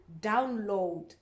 download